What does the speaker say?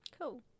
Cool